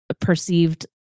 perceived